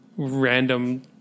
Random